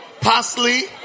Parsley